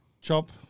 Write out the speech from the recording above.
Chop